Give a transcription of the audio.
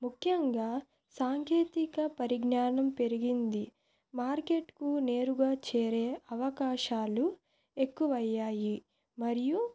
ముఖ్యంగా సాంకేతిక పరిజ్ఞానం పెరిగింది మార్కెట్కు నేరుగా చేరే అవకాశాలు ఎక్కువయ్యాయి మరియు